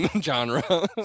genre